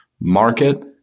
market